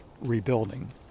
rebuilding